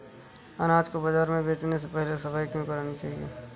अनाज को बाजार में बेचने से पहले सफाई क्यो करानी चाहिए?